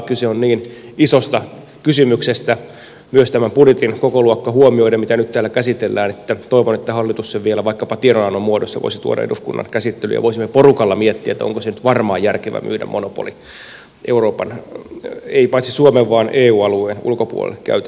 kyse on niin isosta kysymyksestä myös tämän budjetin kokoluokka huomioiden mitä nyt täällä käsitellään että toivon että hallitus sen vielä vaikkapa tiedonannon muodossa voisi tuoda eduskunnan käsittelyyn ja voisimme porukalla miettiä onko se nyt varmaan järkevää myydä monopoli ei ainoastaan suomen vaan myös eu alueen ulkopuolelle käytännössä